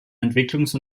entwicklungs